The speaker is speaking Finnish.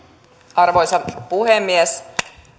arvoisa puhemies